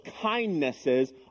kindnesses